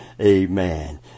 Amen